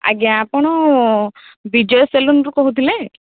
ଆଜ୍ଞା ଆପଣ ବିଜୟ ସେଲୁନରୁ କହୁଥିଲେ